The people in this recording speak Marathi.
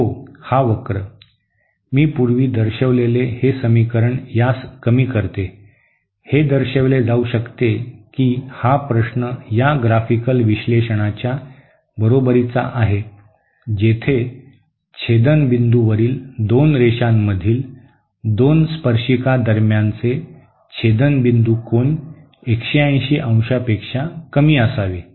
हो हा वक्र मी पूर्वी दर्शविलेले हे समीकरण यास कमी करते हे दर्शविले जाऊ शकते की हा प्रश्न या ग्राफिकल विश्लेषणाच्या बरोबरीचा आहे जेथे छेदनबिंदूवरील दोन रेषांमधील दोन स्पर्शिका दरम्यानचे छेदनबिंदू कोन 180 अंशापेक्षा कमी असावे